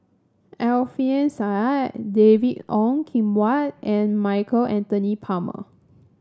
Alfian Sa'at David Ong Kim Huat and Michael Anthony Palmer